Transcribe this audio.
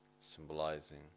symbolizing